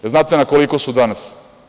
Znate li na koliko su danas?